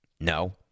No